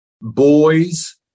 boys